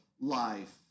life